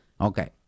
Okay